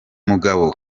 mugabo